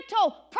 mental